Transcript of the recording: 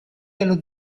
dello